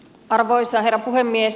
arvoisa herra puhemies